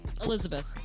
Elizabeth